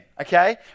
okay